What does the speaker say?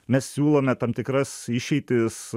mes siūlome tam tikras išeitis